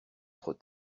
trop